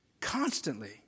constantly